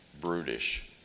brutish